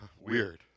weird